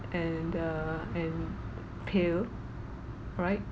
and err and pale right